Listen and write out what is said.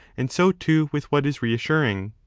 and so, too, with what is reassuring.